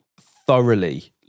thoroughly